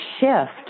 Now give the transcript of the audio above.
shift